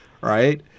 Right